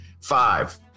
Five